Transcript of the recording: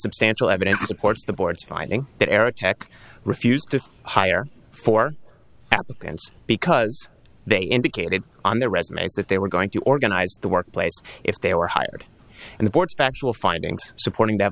substantial evidence supports the board's finding that eric tech refused to hire for applicants because they indicated on their resumes that they were going to organize the workplace if they were hired and the board factual findings supporting that